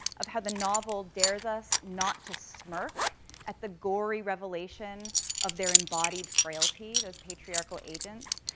of how the novel dares us not to smirk at the gory revelation of their embodied frailty, those patriarchal agents,